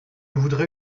voudrais